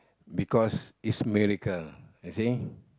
because it's miracle you see